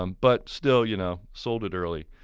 um but still you know sold it early.